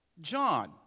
John